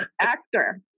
actor